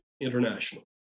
International